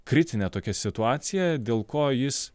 kritinė tokia situacija dėl ko jis